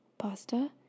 pasta